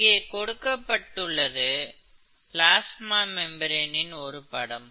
இங்கே கொடுக்கப்பட்டுள்ளது பிளாஸ்மா மெம்பிரெனின் ஒரு படம்